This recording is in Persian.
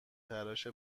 تراش